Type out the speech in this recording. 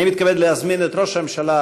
אני מתכבד להזמין את ראש הממשלה,